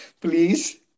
please